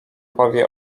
powie